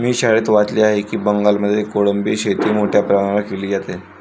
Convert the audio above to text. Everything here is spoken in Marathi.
मी शाळेत वाचले आहे की बंगालमध्ये कोळंबी शेती मोठ्या प्रमाणावर केली जाते